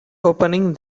opening